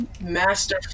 Master